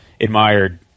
admired